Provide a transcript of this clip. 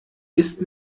ist